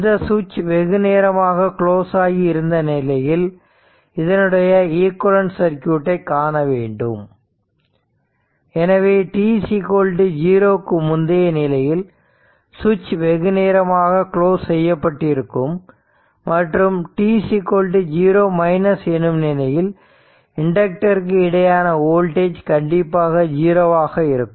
இந்த சுவிட்ச் வெகுநேரமாக குளோஸ் ஆகி இருந்த நிலையில் இதனுடைய ஈக்குவாலண்ட் சர்க்யூட்டை காண வேண்டும் எனவே t0 க்கு முந்தைய நிலையில் சுவிட்ச் வெகுநேரமாக க்ளோஸ் செய்யப்பட்டிருக்கும் மற்றும் t0 எனும் நிலையில் இண்டக்டருக்கு இடையேயான வோல்டேஜ் கண்டிப்பாக 0 ஆக இருக்கும்